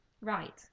Right